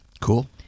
Cool